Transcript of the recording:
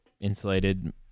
insulated